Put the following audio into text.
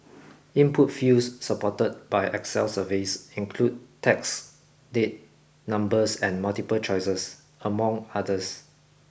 input fields supported by excel surveys include text date numbers and multiple choices among others